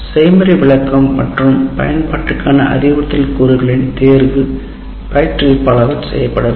செய்முறை விளக்கம் மற்றும் பயன்பாட்டுக்கான அறிவுறுத்தல் கூறுகளின் தேர்வு பயிற்றுவிப்பாளரால் செய்யப்பட வேண்டும்